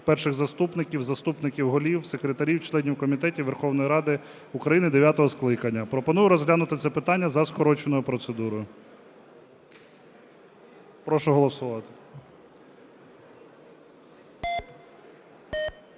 перших заступників, заступників голів, секретарів, членів комітетів Верховної Ради України дев’ятого скликання". Пропоную розглянути це питання за скороченою процедурою. Прошу голосувати.